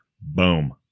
boom